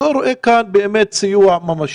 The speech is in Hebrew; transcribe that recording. אני לא רואה כאן באמת סיוע ממשי.